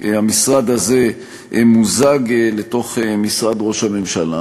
המשרד הזה מוזג למשרד ראש הממשלה,